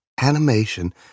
animation